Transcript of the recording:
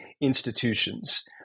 institutions